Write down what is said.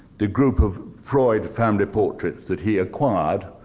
the group of freud family portraits, that he acquired,